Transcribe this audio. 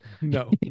No